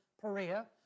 Perea